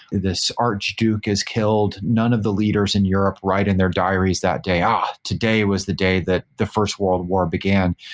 this archduke is killed. none of the leaders in europe write in their diaries that day, oh! today was the day that the first world war began.